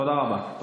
תודה רבה.